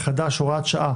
בוקר טוב,